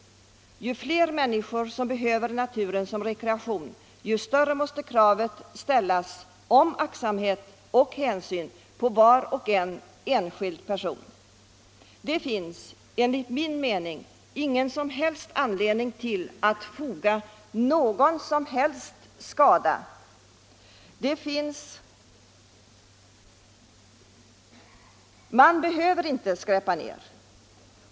Ju fler människor som behöver naturen såsom rekreation, desto starkare måste kravet om aktsamhet och hänsyn ställas på var och en enskild person. Det finns enligt min mening ingen som helst anledning att tillfoga någon skada. Man behöver inte skräpa ned.